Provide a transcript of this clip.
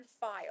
file